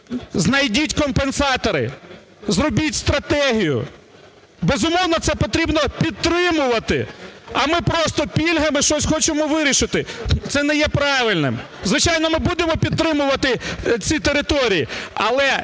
Знайдіть компенсатори. Зробіть стратегію. Безумовно, це потрібно підтримувати, а ми просто пільгами щось хочемо вирішити. Це не є правильним. Звичайно, ми будемо підтримувати ці території. Але,